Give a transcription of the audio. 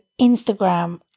Instagram